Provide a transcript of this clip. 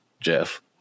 Jeff